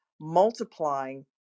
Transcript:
multiplying